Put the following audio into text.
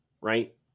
right